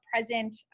present